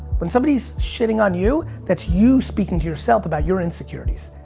when somebody's shitting on you that's you speaking to yourself about your insecurities.